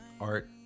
art